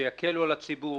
שיקלו על הציבור